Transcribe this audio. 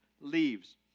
leaves